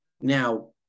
Now